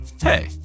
Hey